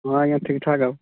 ହଁ ଆଜ୍ଞା ଠିକ୍ ଠାକ୍ ଆଉ